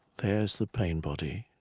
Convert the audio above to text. there's the pain body.